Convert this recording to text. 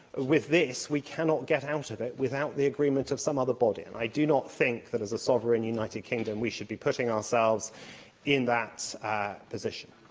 with this, we cannot get out of it without the agreement of some other body, and i do not think that, as a sovereign united kingdom, we should be putting ourselves in that position.